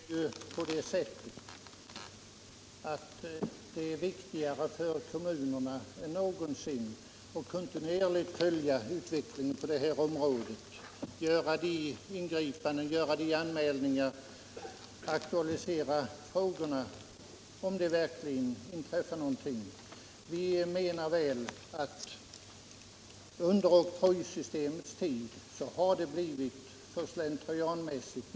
Herr talman! Det är ju på det sättet att det nu är viktigare än någonsin för kommunerna att kontinuerligt följa utvecklingen på det här området, göra ingripanden och aktualisera frågor om det verkligen inträffar någonting. Vi menar väl att under oktrojsystemets tid har det blivit för slentrianmässigt.